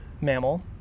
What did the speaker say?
mammal